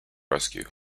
rescue